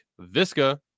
Visca